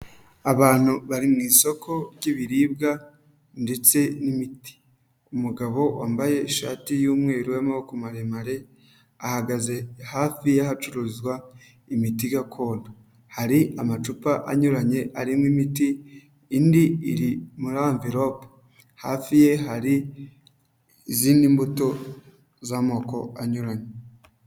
Abantu bari mu isoko ry'ibiribwa ndetse n'imiti. Umugabo wambaye ishati y'umweru y'amaboko maremare ahagaze hafi y'ahacururizwa imiti gakondo. Hari amacupa anyuranye arimo imiti, indi iri muri anvilope. Hafi ye hari izindi mbuto z'amoko anyuranye.